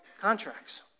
contracts